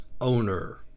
owner